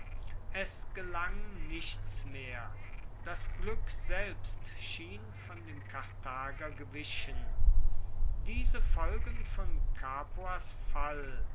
es gelang nichts mehr das glueck selbst schien von dem karthager gewichen diese folgen von capuas fall